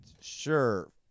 sure